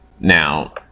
Now